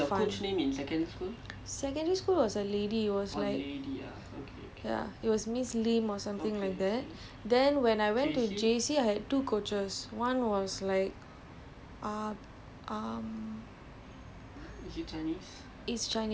everything so that was like it was challenging but it was definitely fun secondary school was a lady it was like it was miss lim or something like that then when I went to J_C I had two coaches one was like